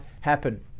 happen